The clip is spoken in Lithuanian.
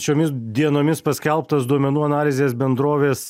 šiomis dienomis paskelbtas duomenų analizės bendrovės